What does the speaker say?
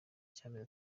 cy’amezi